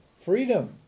Freedom